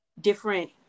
different